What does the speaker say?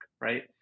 Right